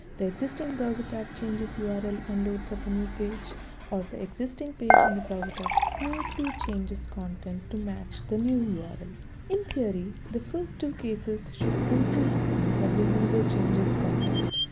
the existing browser tab changes url and loads up a new page or the existing page in the browser tab smoothly changes content to match the new url ah but and in theory, the first two cases should only happen when the user changes context.